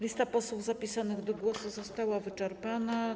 Lista posłów zapisanych do głosu została wyczerpana.